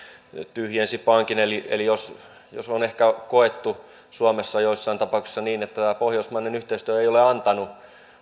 tyhjensi pankin eli eli jos jos on ehkä koettu suomessa joissain tapauksissa niin että tämä pohjoismainen yhteistyö ei ole antanut